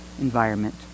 environment